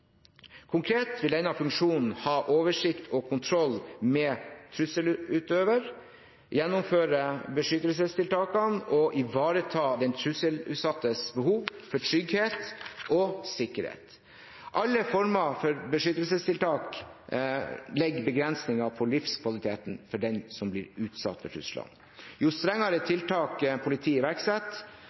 Konkret vil denne funksjonen ha oversikt over og kontroll med trusselutøver, gjennomføre beskyttelsestiltakene og ivareta den trusselutsattes behov for trygghet og sikkerhet. Alle former for beskyttelsestiltak legger begrensninger på livskvaliteten til den som blir utsatt for truslene. Jo strengere tiltak politiet iverksetter,